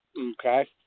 Okay